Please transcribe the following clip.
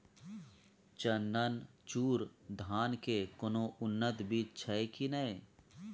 चननचूर धान के कोनो उन्नत बीज छै कि नय?